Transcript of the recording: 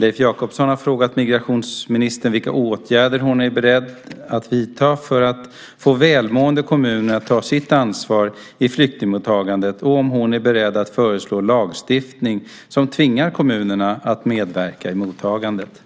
Leif Jakobsson har frågat migrationsministern vilka åtgärder hon är beredd att vidta för att få välmående kommuner att ta sitt ansvar i flyktingmottagandet och om hon är beredd att föreslå lagstiftning som tvingar kommunerna att medverka i mottagandet.